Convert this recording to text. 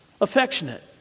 affectionate